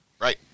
Right